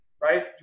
right